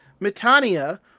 Mitania